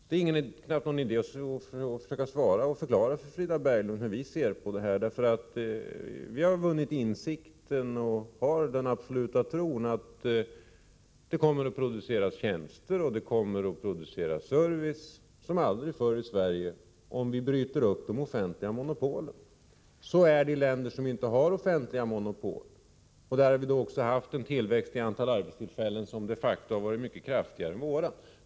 Det är knappast någon idé att försöka svara på dessa frågor och förklara för Frida Berglund hur vi moderater ser på detta. Vi har vunnit insikt och har den absoluta tron att det kommer att produceras tjänster och service som aldrig förr i Sverige om vi bryter upp de offentliga monopolen. Så är det i länder som inte har offentliga monopol. De har därvid också haft en tillväxt i antal arbetstillfällen som de facto har varit mycket kraftigare än hos oss.